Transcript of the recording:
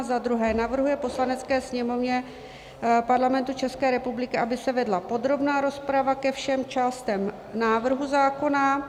II. navrhuje Poslanecké sněmovně Parlamentu České republiky, aby se vedla podrobná rozprava ke všem částem návrhu zákona;